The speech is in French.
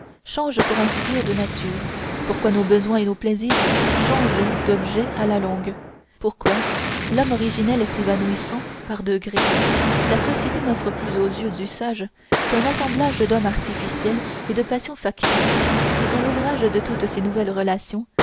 changent pour ainsi dire de nature pourquoi nos besoins et nos plaisirs changent d'objets à la longue pourquoi l'homme originel s'évanouissant par degrés la société n'offre plus aux yeux du sage qu'un assemblage d'hommes artificiels et de passions factices qui sont l'ouvrage de toutes ces nouvelles relations